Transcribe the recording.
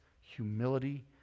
humility